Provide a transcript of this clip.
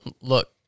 look